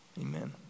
Amen